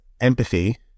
empathy